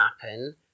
happen